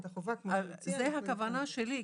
זו הכוונה שלי.